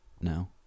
No